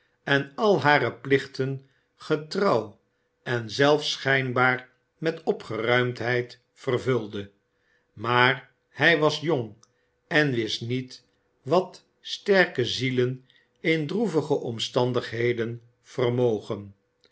en alle hare plichten getrouw en zelfs schijnbaar met opgeruimdheid vervulde maar hij was jong en wist niet wat sterke zielen in droevige omstandigheden vermogen